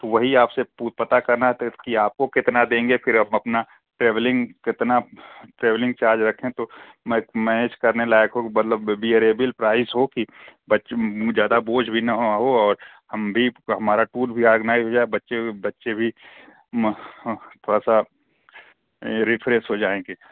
तो वही आपसे पता करना था कि आपको कितना देंगे फिर हम अपना ट्रैवलिंग कितना ट्रैवलिंग चार्ज रखें तो मैच करने लायक हो कि मतलब बिअरेबिल प्राइस हो कि बच्चे ज़्यादा बोझ भी ना हो हो और हम भी हमारा टूर भी आर्गनाइज़ हो जाए बच्चे बच्चे भी म थोड़ा सा रिफ़्रेस हो जाएँगे